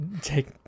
take